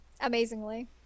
Amazingly